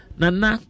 nana